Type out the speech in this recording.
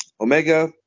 Omega